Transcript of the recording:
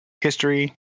history